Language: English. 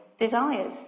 desires